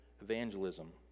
evangelism